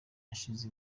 ashize